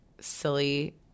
silly